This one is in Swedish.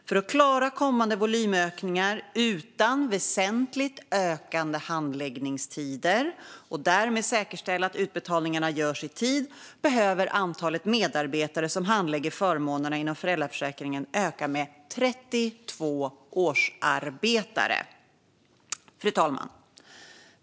För att klara kommande volymökningar utan väsentligt ökade handläggningstider och därmed säkerställa att utbetalningarna görs i tid behöver antalet medarbetare som handlägger förmånerna inom föräldraförsäkringen öka med 32 årsarbetare. Fru talman!